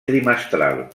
trimestral